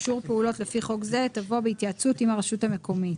'אישור פעולות לפי חוק זה תבוא בהתייעצות עם הרשות המקומית'.